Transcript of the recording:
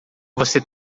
você